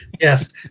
Yes